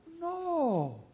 No